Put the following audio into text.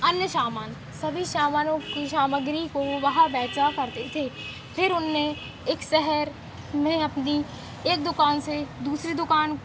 अन्य सामान सभी सामानों की सामग्री को वहाँ बेचा करते थे फिर उन्होंने एक शहर में अपनी एक दुकान से दूसरी दुकान